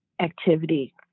activity